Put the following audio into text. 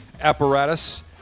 apparatus